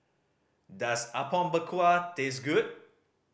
does Apom Berkuah taste good